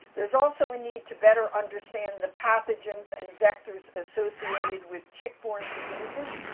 there's also a need to better understand the pathogens and vectors associated with tick-borne diseases,